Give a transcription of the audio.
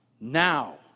now